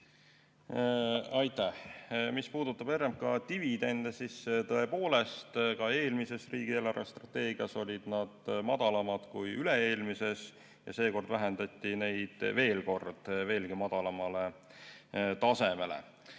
Aitäh! Mis puudutab RMK dividende, siis tõepoolest, ka eelmises riigi eelarvestrateegias olid nad madalamad kui üle-eelmises ja seekord vähendati neid veel kord, veelgi madalamale tasemele.